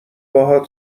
باهات